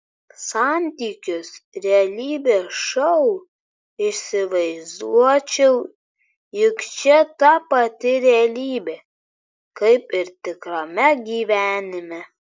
santykius realybės šou įsivaizduočiau juk čia ta pati realybė kaip ir tikrame gyvenime